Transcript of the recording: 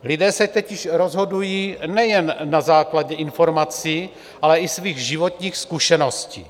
Lidé se totiž rozhodují nejen na základě informací, ale i svých životních zkušeností.